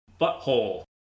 butthole